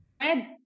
red